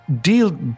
Deal